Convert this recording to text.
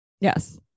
Yes